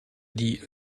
die